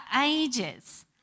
ages